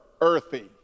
earthy